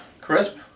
Crisp